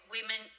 Women